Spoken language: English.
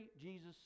Jesus